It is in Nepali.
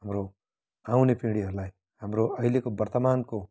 हाम्रो आउने पिँढीहरूलाई हाम्रो अहिलेको वर्तमानको